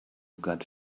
got